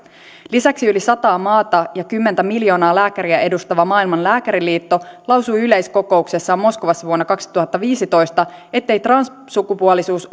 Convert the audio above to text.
lisäksi yli sataa maata ja kymmentä miljoonaa lääkäriä edustava maailman lääkäriliitto lausui yleiskokouksessaan moskovassa vuonna kaksituhattaviisitoista ettei transsukupuolisuus